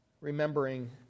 remembering